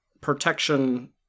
protection